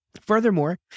Furthermore